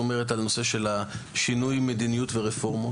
אומרת על הנושא של שינוי מדיניות ורפורמות.